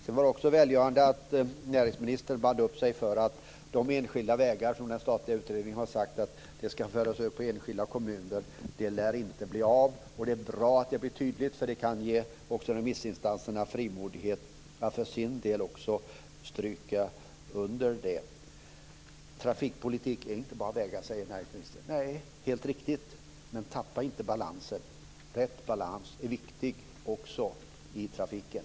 Det var också välgörande att näringsministern band upp sig för att det inte lär bli av att föra över enskilda vägar på enskilda kommuner, som den statliga utredningen har sagt. Det är bra att det blir tydligt, för det kan ge också remissinstanserna frimodighet att för sin del stryka under detta. Trafikpolitik är inte bara vägar, säger näringsministern. Nej, det är helt riktigt. Men tappa inte balansen! Rätt balans är viktigt också i trafiken.